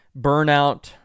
Burnout